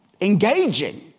engaging